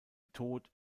tod